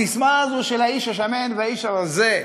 הססמה הזאת, של האיש השמן והאיש הרזה,